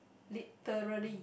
literally